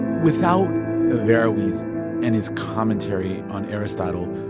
without averroes and his commentary on aristotle,